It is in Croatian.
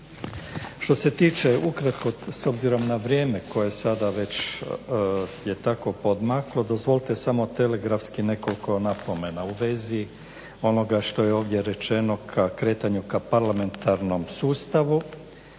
Što se tiče ukratko, s obzirom na vrijeme koje sada već je tako podmaklo, dozvolite samo telegrafski nekoliko napomena u vezi onoga što je ovdje rečeno ka kretanju ka parlamentarnom sustavu.